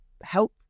help